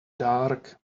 dark